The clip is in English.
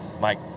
Mike